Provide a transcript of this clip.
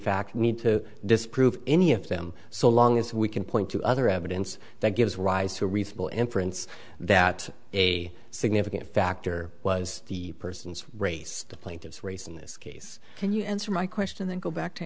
fact need to disprove any of them so long as we can point to other evidence that gives rise to a reasonable inference that a significant factor was the person's race the plaintiffs race in this case can you answer my question then go back to